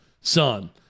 son